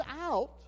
out